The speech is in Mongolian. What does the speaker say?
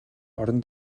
орон